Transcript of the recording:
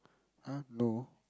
ah no